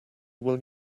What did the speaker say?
will